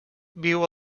viu